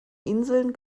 inseln